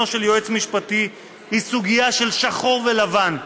של יועץ משפטי היא סוגיה של שחור ולבן.